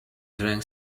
drank